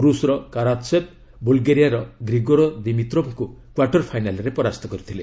ରୁଷର କାରାତ୍ସେବ ବୁଲଗେରିଆର ଗ୍ରିଗୋର୍ ଦିମିତ୍ରୋବ୍ଙ୍କୁ କ୍ୱାର୍ଟର ଫାଇନାଲ୍ରେ ପରାସ୍ତ କରିଥିଲେ